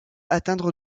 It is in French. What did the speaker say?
atteindre